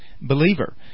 believer